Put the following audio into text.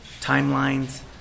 timelines